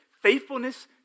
faithfulness